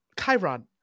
Chiron